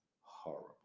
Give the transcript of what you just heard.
horrible